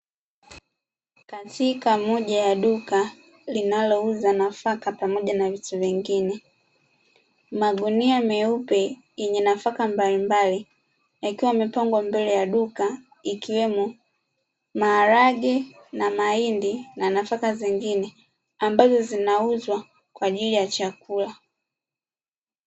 Katika moja ya duka linalouza nafaka pamoja na vitu vingine, magunia meupe yenye nafaka mbalimbali yakiwa yamepangwa mbele ya duka, ikiwemo maharage na mahindi na nafaka zingine ambazo zinauzwa kwa ajili ya chakula.